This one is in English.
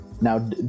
Now